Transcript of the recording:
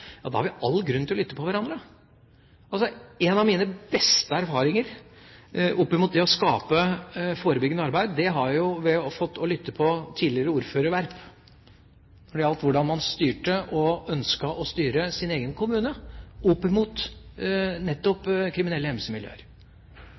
all grunn til å lytte til hverandre. En av mine beste erfaringer med det å skape forebyggende arbeid har jeg fått ved å lytte på tidligere ordfører Werp om hvordan man styrte og ønsket å styre sin egen kommune opp mot nettopp